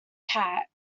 cat